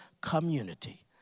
community